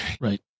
right